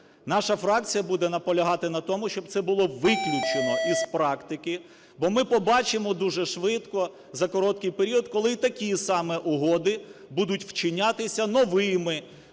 Наша фракція буде наполягати, на тому щоб це було виключено із практики. Бо ми побачимо дуже швидко, за короткий період, коли такі саме угоди будуть вчинятися новими